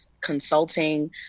Consulting